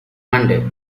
monday